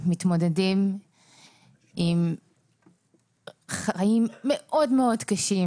מתמודדים עם חיים מאוד-מאוד קשים,